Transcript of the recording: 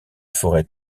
forêt